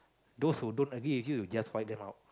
those who don't agree with you you just find them out